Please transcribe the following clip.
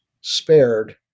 spared